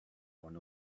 one